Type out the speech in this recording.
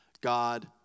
God